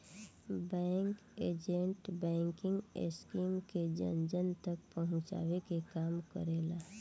bank agent banking scheme के जन जन तक पहुंचावे के काम करेले